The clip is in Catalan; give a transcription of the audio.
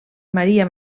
maria